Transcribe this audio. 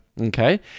Okay